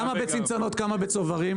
כמה בצנצנות וכמה בצוברים?